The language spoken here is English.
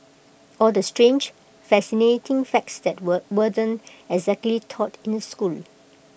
all the strange fascinating facts that weren't exactly taught in school